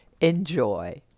enjoy